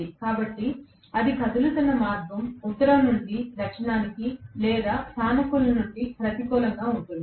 కాబట్టి అది కదులుతున్న మార్గం ఉత్తరం నుండి దక్షిణానికి లేదా సానుకూల నుండి ప్రతికూలంగా ఉంటుంది